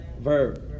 verb